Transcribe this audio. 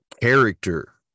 character